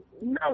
no